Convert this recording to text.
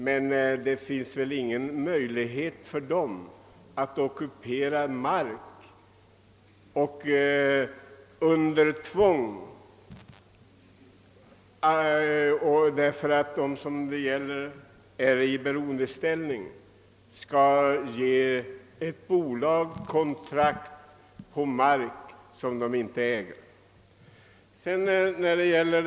Men det finns väl ingen möjlighet för dem att tvinga personer som är i beroendeställning att ge bolagen kontrakt med laglig giltighet på mark som bolagen inte äger!